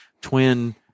twin